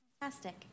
Fantastic